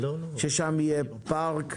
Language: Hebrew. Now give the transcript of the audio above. ששם יהיה פארק?